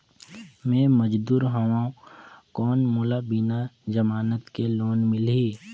मे मजदूर हवं कौन मोला बिना जमानत के लोन मिलही?